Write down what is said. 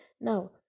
now